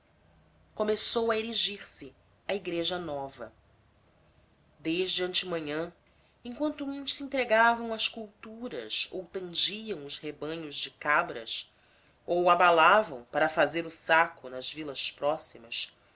começou a erigir se a igreja nova desde antemanhã enquanto uns se entregavam às culturas ou tangiam os rebanhos de cabras ou abalavam para fazer o saco nas vilas próximas